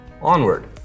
onward